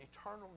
eternal